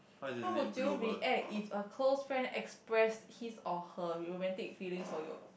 how would you react if a close friend express his or her romantic feelings for you